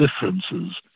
differences